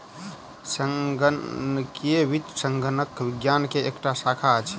संगणकीय वित्त संगणक विज्ञान के एकटा शाखा अछि